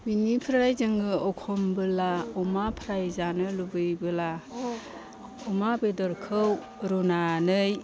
बिनिफ्राय जोङो एखनब्ला अमा फ्राय जानो लुबैब्ला अमा बेदरखौ रुनानै